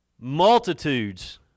Multitudes